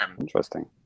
interesting